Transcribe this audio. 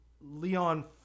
Leon